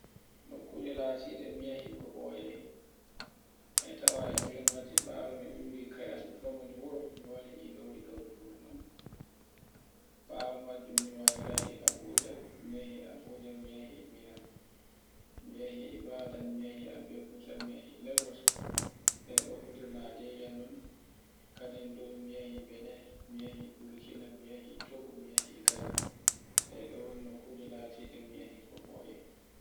nokkujie latiɗe mi yehi ko ɓoye, e tawa e nder majje ɓawo mi ccuri kawa mi ni wuro mi wari Ilori ɗo ndu wuro non. Ɓawo majjan mi wayrai e Abuja, mi yehi Abuja, mi yehi Minna, mi yehi ibadan, mi yehi abekuta, mi yehi lagos be ɗen fu nder Najeriya non, kadin do mi yehi Benin, mi yehi Burkina, mi yehi Togo, mi yehi Ghana, ɗe ɗen nokkuje latide mi yehi ɓoye.